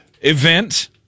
event